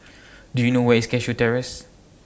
Do YOU know Where IS Cashew Terrace